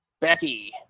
Becky